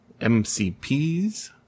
MCPs